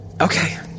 Okay